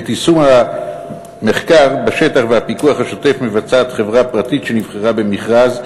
את יישום המחקר בשטח והפיקוח השוטף מבצעת חברה פרטית שנבחרה במכרז,